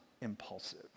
impulsive